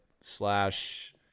slash